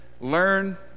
learn